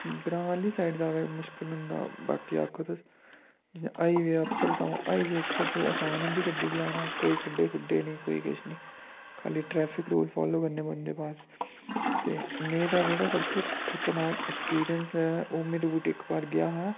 ग्रांऽ आह्ली साइड ज्यादा मुश्कल होंदा बाकी आक्खो तुस जियां हाइवे उप्पर तां हाइवे उप्पर ते असान होंदी गड्डी चलाना कोई खड्डे खुड्डे नी कोई केछ नी खाल्ली ट्रैफिक रूल फालो करने पौंदे बस ते मेरा जेह्ड़ा सब तु खतरनाक ऐक्सपीरिंस ऐ ओह् में रूट इक बार गेआ हा